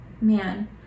man